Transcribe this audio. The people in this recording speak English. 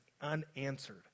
unanswered